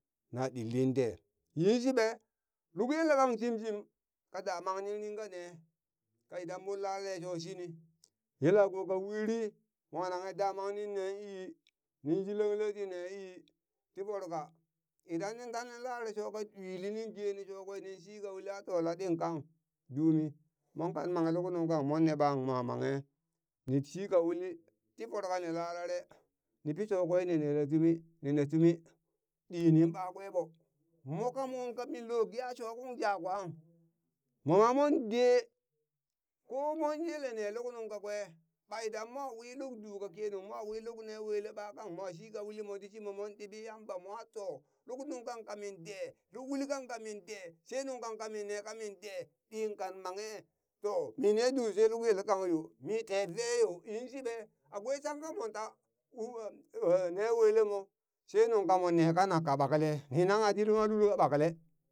Na ɗilli de yinshiɓe luk yelkang shimshim ka daman nin dinga nee, ka idan mon lare sho shini yelako ka uri mwa nanghe damang nin nee ii nin jilengle ti ne ii ti voroka idan nin tanin lare sho ka ɗwili ning geni shokwe nin shi ka uli a to laɗi kang dumi mon kan manghe luk nungkan monne ɓang mo manghe ni shika uli ti vorokani larare ni pi sho kwa ni nelle tumi ni ne tumi ɗi nin ɓakwe ɓo, mo kamo kaminlo geha shokung jwakaŋ moma mon de ko mon yele ne luk nuŋ kakwe ɓa idan mo wi luk du ka kenung mo wi luk ne wele ɓa kang mo shi kauli moti shimo mon ɗiɓi Yamba mwa to, luk nungkan kamin de luk uli kang kamin de she nungkang kamin ne kamin de ɗi kan manghe to mine du she yelakangyo, mi teveyo, yinshiɓe akwai shangka monta ne welemo she nungka mon ne kanak ka ɓakale ni nangha tiwa lul ka ɓakle.